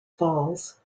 falls